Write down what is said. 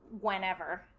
whenever